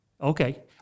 Okay